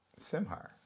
Simhar